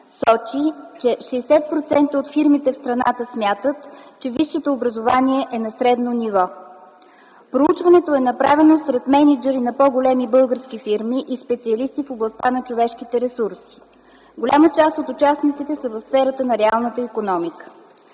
сочи, че 60% от фирмите в страната смятат, че висшето образование е на средно ниво. Проучването е направено сред мениджъри на по-големи български фирми и специалисти в областта на човешките ресурси. Голяма част от участниците са в сферата на реалната икономика.